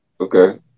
Okay